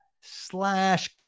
slash